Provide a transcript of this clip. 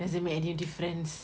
does it make any difference